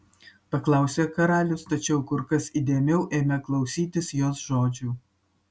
paklausė karalius tačiau kur kas įdėmiau ėmė klausytis jos žodžių